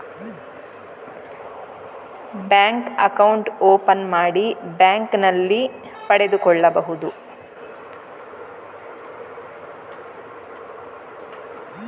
ಹೊಸ debit card ನ್ನು ಹೇಗೆ ಪಡೆಯುದು?